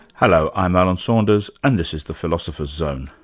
hello, i'm alan saunders and this is the philosopher's zone.